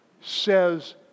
says